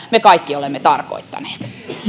me kaikki olemme tarkoittaneet